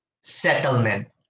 settlement